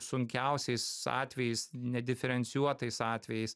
sunkiausiais atvejais nediferencijuotais atvejais